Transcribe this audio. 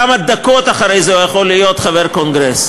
כמה דקות אחרי זה הוא היה יכול להיות חבר קונגרס?